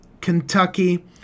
Kentucky